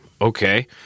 Okay